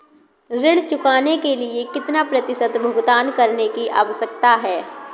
ऋण चुकाने के लिए कितना प्रतिशत भुगतान करने की आवश्यकता है?